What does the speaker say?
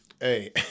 hey